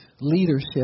leadership